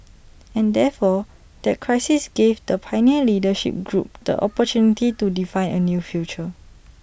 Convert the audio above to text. and therefore that crisis gave the pioneer leadership group the opportunity to define A new future